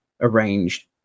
arranged